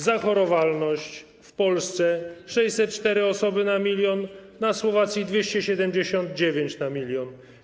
Zachorowalność w Polsce - 604 osoby na 1 mln, na Słowacji - 279 na 1 mln.